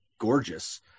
gorgeous